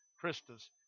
Christus